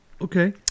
Okay